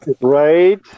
Right